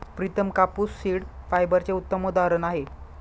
प्रितम कापूस सीड फायबरचे उत्तम उदाहरण आहे